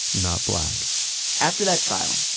not black after that trial,